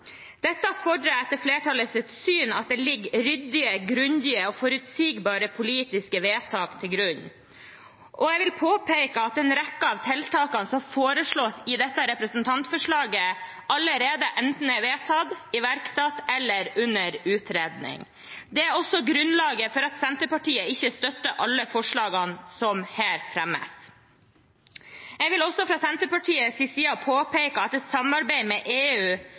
fordrer etter flertallets syn at det ligger ryddige, grundige og forutsigbare politiske vedtak til grunn. Jeg vil også påpeke at en rekke av tiltakene som foreslås i dette representantforslaget, allerede er enten vedtatt, iverksatt eller under utredning. Det er også grunnlaget for at Senterpartiet ikke støtter alle forslagene som her fremmes. Jeg vil også fra Senterpartiets side påpeke at i et samarbeid med EU